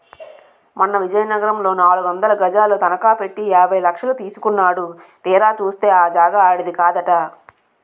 మొన్న విజయనగరంలో నాలుగొందలు గజాలు తనఖ పెట్టి యాభై లక్షలు తీసుకున్నాడు తీరా చూస్తే ఆ జాగా ఆడిది కాదట